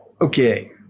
Okay